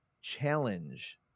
challenge